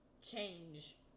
change